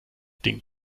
ding